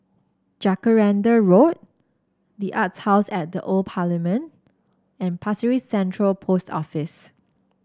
Jacaranda Road the Arts House at The Old Parliament and Pasir Ris Central Post Office